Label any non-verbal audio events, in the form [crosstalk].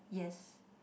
yes [breath]